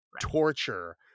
torture